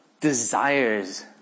desires